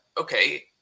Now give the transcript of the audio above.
okay